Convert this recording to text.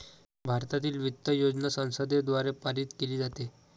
भारतातील वित्त योजना संसदेद्वारे पारित केली जाते